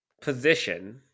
position